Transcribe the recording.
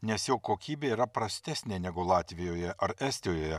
nes jo kokybė yra prastesnė negu latvijoje ar estijoje